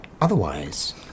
Otherwise